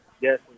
Yes